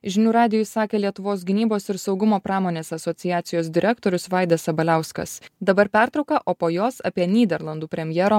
žinių radijui sakė lietuvos gynybos ir saugumo pramonės asociacijos direktorius vaidas sabaliauskas dabar pertrauka o po jos apie nyderlandų premjero